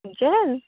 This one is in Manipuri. ꯆꯦꯔꯤꯟ